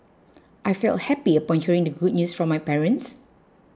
I felt happy upon hearing the good news from my parents